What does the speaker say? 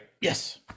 Yes